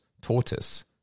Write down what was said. tortoise